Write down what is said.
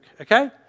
Okay